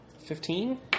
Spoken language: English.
Fifteen